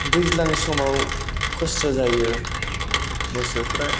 दैज्लां समाव खस्थ' जायो मोसौफोरा